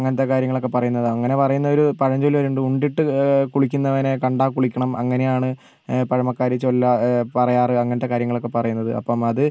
അങ്ങനത്തെ കാര്യങ്ങളൊക്കെ പറയുന്നത് അങ്ങനെ പറയുന്ന ഒരു പഴംചൊല്ല് വരെയുണ്ട് ഉണ്ടിട്ട് കുളിക്കുന്നവനെ കണ്ടാൽ കുളിക്കണം അങ്ങനെയാണ് പഴമക്കാർ ചൊല്ലാർ പറയാറ് അങ്ങനത്തെ കാര്യങ്ങളൊക്കെ പറയുന്നത് അപ്പം അത്